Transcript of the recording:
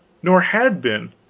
nor had been,